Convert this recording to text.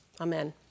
Amen